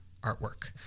artwork